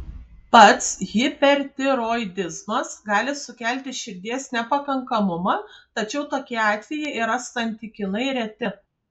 pats hipertiroidizmas gali sukelti širdies nepakankamumą tačiau tokie atvejai yra santykinai reti